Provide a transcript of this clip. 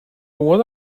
what